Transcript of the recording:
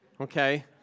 Okay